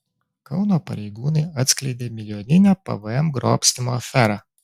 kauno pareigūnai atskleidė milijoninę pvm grobstymo aferą